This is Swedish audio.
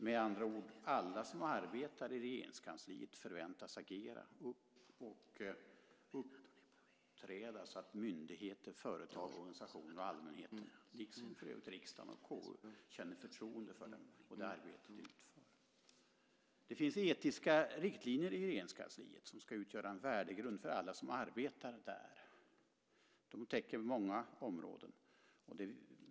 Med andra ord förväntas alla som arbetar i Regeringskansliet agera och uppträda så att myndigheter, företag, organisationer och allmänhet - liksom för övrigt riksdagen och KU - känner förtroende för dem och det arbete de utför. Det finns etiska riktlinjer i Regeringskansliet som ska utgöra en värdegrund för alla som arbetar där. De täcker många områden.